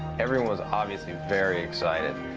everyone was obviously very excited.